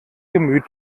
gemüt